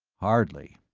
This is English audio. hardly.